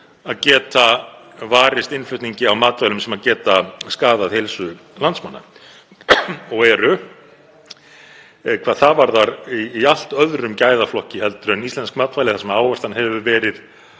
að geta varist innflutningi á matvælum sem geta skaðað heilsu landsmanna og eru hvað það varðar í allt öðrum gæðaflokki en íslensk matvæli, þar sem áherslan hefur verið